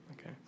Okay